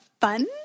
fun